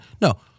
No